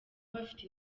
bafite